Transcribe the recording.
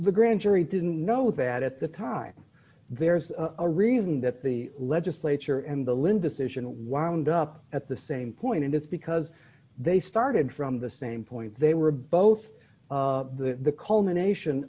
the grand jury didn't know that at the time there's a reason that the legislature and the lynn decision wound up at the same point in this because they started from the same point they were both the culmination